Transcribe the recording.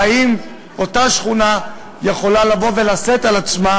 ואם אותה שכונה יכולה לשאת על עצמה